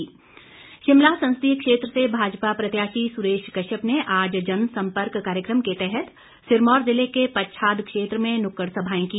सुरेश कश्यप शिमला संसदीय क्षेत्र से भाजपा प्रत्याशी सुरेश कश्यप ने आज जन सम्पर्क कार्यक्रम के तहत सिरमौर जिले के पच्छाद क्षेत्र में नुक्कड़ सभाएं की